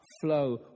flow